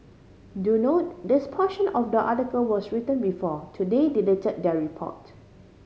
do note this portion of the article was written before Today delete their report